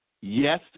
Yes